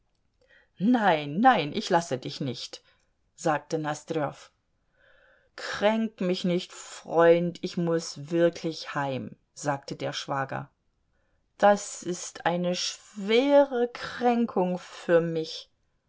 nein nein ich lasse dich nicht sagte nosdrjow kränk mich nicht freund ich muß wirklich heim sagte der schwager das ist eine schwere kränkung für mich